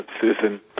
Susan